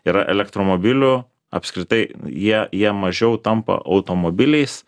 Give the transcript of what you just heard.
yra elektromobilių apskritai jie jie mažiau tampa automobiliais